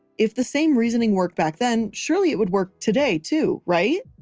if the same reasoning work back then, surely it would work today too, right?